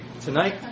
tonight